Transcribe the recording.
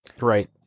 Right